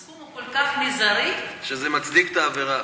הסכום הוא כל כך זעיר, שזה מצדיק את העבירה.